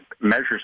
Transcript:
measures